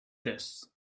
this